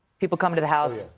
people coming to the house,